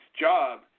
job